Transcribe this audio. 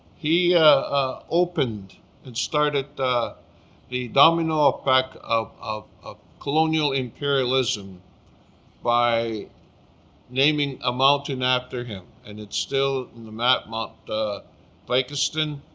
he opened and started the domino effect of of ah colonial imperialism by naming a mountain after him, and it's still in the map mount blakiston,